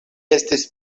estis